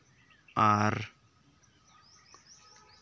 ᱟᱨ